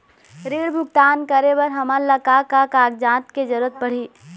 ऋण भुगतान करे बर हमन ला का का कागजात के जरूरत पड़ही?